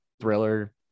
thriller